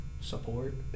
Support